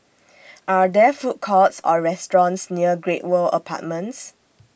Are There Food Courts Or restaurants near Great World Apartments